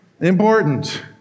Important